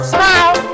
Smile